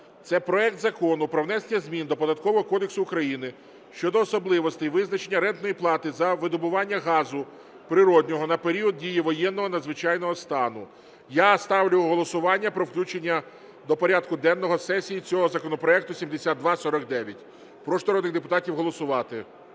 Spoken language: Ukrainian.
Це проект Закону про внесення змін до Податкового кодексу України щодо особливостей визначення рентної плати за видобування газу природного на період дії воєнного, надзвичайного стану. Я ставлю голосування про включення до порядку денного сесії цього законопроекту, 7249. Прошу народних депутатів голосувати.